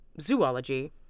zoology